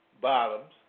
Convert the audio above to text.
bottoms